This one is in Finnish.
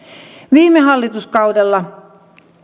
viime hallituskaudella